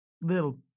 Little